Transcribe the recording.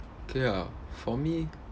okay ah for me